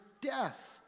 death